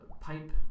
pipe